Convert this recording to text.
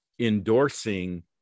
Endorsing